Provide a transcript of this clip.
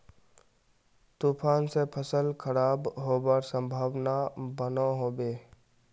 तूफान से फसल खराब होबार संभावना बनो होबे?